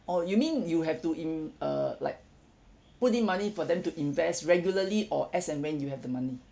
oh you mean you have to in~ uh like put in money for them to invest regularly or as and when you have the money